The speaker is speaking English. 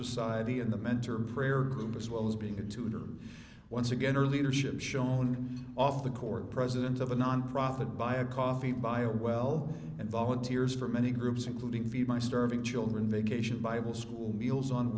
society and the mentor prayer group as well as being a two once again or leadership shown off the court president of a nonprofit buy a coffee buy a well and volunteers from many groups including feed my starving children vacation bible school meals on